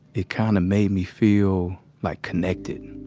it kind of made me feel, like, connected.